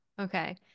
Okay